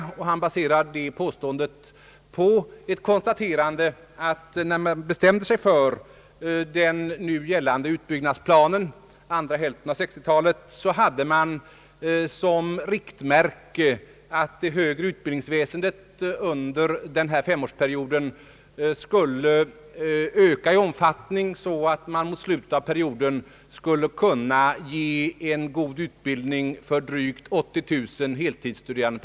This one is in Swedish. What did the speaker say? Han baserar sitt påstående på konstaterandet att man hade som riktmärke under andra hälften av 1960-talet — då man bestämde sig för nu gällande utbyggnadsplan — att det högre utbildningsväsendet mot slutet av den aktuella femårsperioden skulle kunna ge god utbildning för drygt 80 000 heltidsstuderande. Det var så man då bedömde ökningen av antalet studerande.